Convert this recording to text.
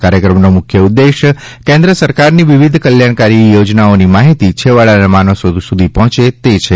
આ કાર્યક્રમનો મુખ્ય ઉદ્દેશ કેન્દ્ર સરકારની વિવિધ કલ્યાણકારી યોજનાઓ માહીતી છેવાડાના માણસો સુધી પહોંચે તે છે